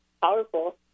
powerful